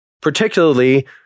particularly